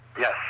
Yes